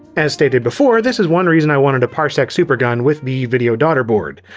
as stated before, this is one reason i wanted a parsec supergun with the video daughterboard.